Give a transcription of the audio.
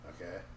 Okay